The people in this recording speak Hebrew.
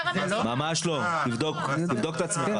ממש לא, תבדוק את עצמך.